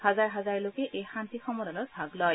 হাজাৰ হাজাৰ লোকে এই শান্তি সমদলত ভাগ লয়